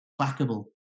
backable